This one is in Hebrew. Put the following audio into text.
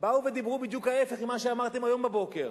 באו ודיברו בדיוק ההיפך ממה שאמרתם היום בבוקר.